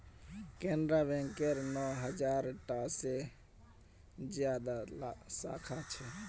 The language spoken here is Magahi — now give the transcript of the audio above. केनरा बैकेर नौ हज़ार टा से ज्यादा साखा छे